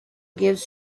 gives